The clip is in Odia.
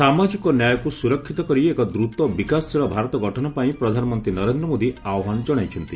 ସାମାଜିକ ନ୍ୟାୟକୁ ସୁରକ୍ଷିତ କରି ଏକ ଦ୍ରତ ବିକାଶଶୀଳ ଭାରତ ଗଠନ ପାଇଁ ପ୍ରଧାନମନ୍ତ୍ରୀ ନରେନ୍ଦ୍ର ମୋଦି ଆହ୍ବାନ ଜଣାଇଛନ୍ତି